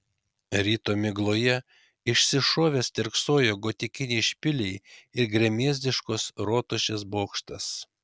ryto migloje išsišovę stirksojo gotikiniai špiliai ir gremėzdiškos rotušės bokštas